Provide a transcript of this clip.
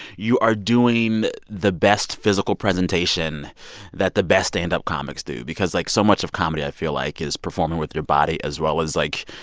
you are doing the best physical presentation that the best stand-up comics do because, like, so much of comedy, i feel like, is performing with your body as well as, like,